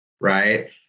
right